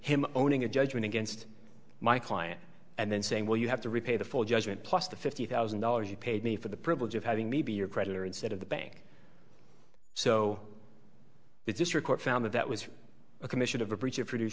him owning a judgment against my client and then saying well you have to repay the full judgment plus the fifty thousand dollars you paid me for the privilege of having me be your creditor instead of the bank so if this report found that that was a commission of a breach of produce